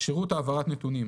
"שירות העברת נתונים"